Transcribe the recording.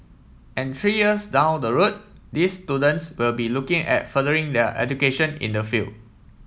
and three years down the road these students will be looking at furthering their education in the field